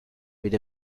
with